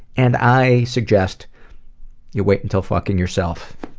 and i suggest you wait until fucking yourself.